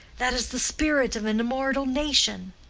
that is the spirit of an immortal nation!